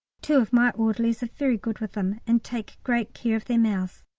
two of my orderlies are very good with them, and take great care of their mouths,